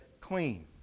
clean